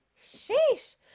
Sheesh